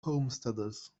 homesteaders